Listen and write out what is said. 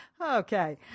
Okay